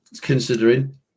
considering